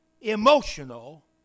emotional